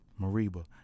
Mariba